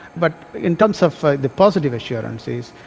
but in terms of the positive assurances,